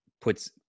puts